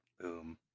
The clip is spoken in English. Boom